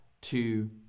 two